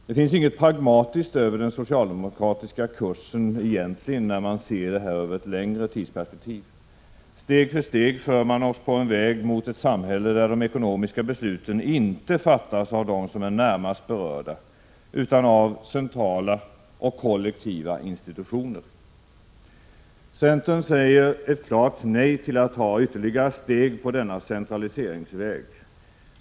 Det finns egentligen inget pragmatiskt över den socialdemokratiska kursen när man ser den över ett längre tidsperspektiv. Steg för steg för man oss på en väg mot ett samhälle där de ekonomiska besluten inte fattas av dem som är närmast berörda, utan av centrala och kollektiva institutioner. Centern säger ett klart nej till att ta ytterligare steg på denna centraliseringsväg.